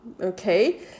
okay